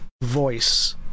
voice